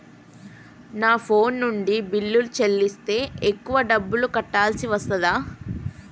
నా ఫోన్ నుండి బిల్లులు చెల్లిస్తే ఎక్కువ డబ్బులు కట్టాల్సి వస్తదా?